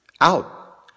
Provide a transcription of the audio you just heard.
out